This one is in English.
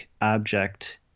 object